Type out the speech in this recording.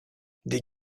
des